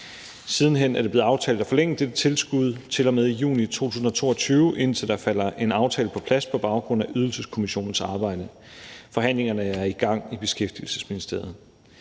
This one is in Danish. Siden hen er det blevet aftalt at forlænge det tilskud til og med juni 2022, indtil der falder en aftale på plads på baggrund af Ydelseskommissionens arbejde. Forhandlingerne er i gang i Beskæftigelsesministeriet.